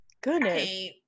goodness